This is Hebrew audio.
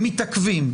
מתעכבים,